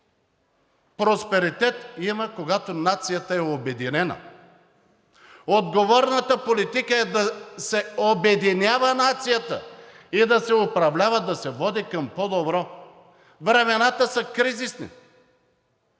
Просперитет има, когато нацията е обединена. Отговорната политика е да се обединява нацията и да се управлява, да се води към по-добро. Времената са кризисни,